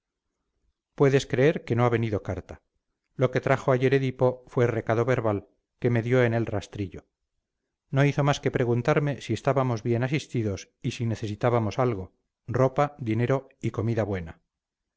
puedes creer que no ha venido carta lo que trajo ayer edipo fue recado verbal que me dio en el rastrillo no hizo más que preguntarme si estábamos bien asistidos y si necesitábamos algo ropa dinero y comida buena